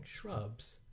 shrubs